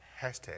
Hashtag